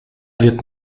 wird